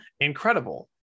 incredible